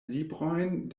librojn